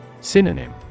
Synonym